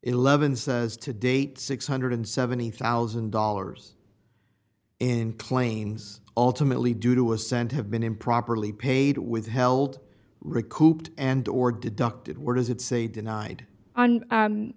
eleven says to date six hundred and seventy thousand dollars in claims ultimately due to assent have been improperly paid withheld recouped and or deducted where does it say denied